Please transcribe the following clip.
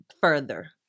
further